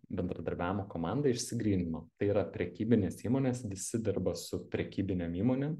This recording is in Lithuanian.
bendradarbiavimo komanda išsigrynino tai yra prekybinės įmonės visi dirba su prekybinėm įmonėm